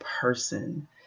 person